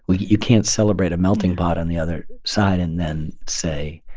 but you can't celebrate a melting pot on the other side and then say